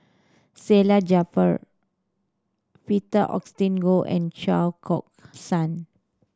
Salleh Japar Peter Augustine Goh and Chao cork San